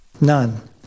None